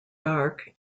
dark